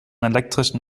elektrischen